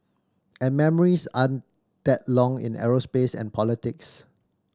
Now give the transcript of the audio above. and memories aren't that long in aerospace and politics